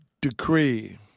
decree